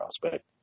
prospect